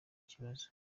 kibazo